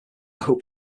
hoped